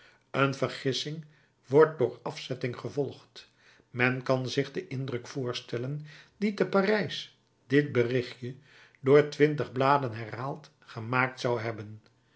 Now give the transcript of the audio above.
een vergissing wordt door afzetting gevolgd men kan zich den indruk voorstellen dien te parijs dit berichtje door twintig bladen herhaald gemaakt zou hebben